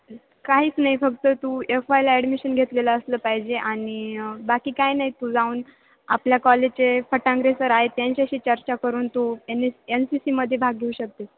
काहीच नाही फक्त तू एफ वायला ॲडमिशन घेतलेलं असलं पाहिजे आणि बाकी काही नाही तू जाऊन आपल्या कॉलेजचे फटांग्रे सर आहेत त्यांच्याशी चर्चा करून तू एन स एन सी सीमध्ये भाग घेऊ शकतेस